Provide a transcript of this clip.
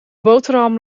boterham